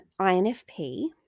INFP